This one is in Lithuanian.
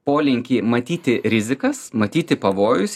polinkį matyti rizikas matyti pavojus